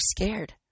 scared